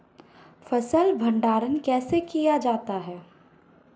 फ़सल भंडारण कैसे किया जाता है?